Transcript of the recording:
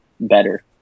better